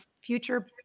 future